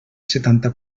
setanta